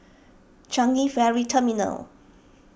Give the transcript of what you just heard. Changi Ferry Terminal